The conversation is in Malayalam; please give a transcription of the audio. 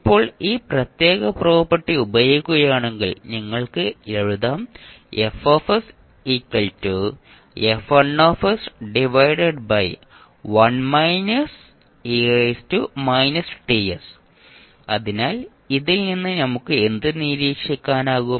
ഇപ്പോൾ ഈ പ്രത്യേക പ്രോപ്പർട്ടി ഉപയോഗിക്കുകയാണെങ്കിൽ നിങ്ങൾക്ക് എഴുതാം അതിനാൽ ഇതിൽ നിന്ന് നമുക്ക് എന്ത് നിരീക്ഷിക്കാനാകും